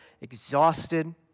exhausted